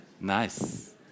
Nice